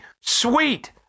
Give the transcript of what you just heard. Sweet